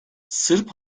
sırp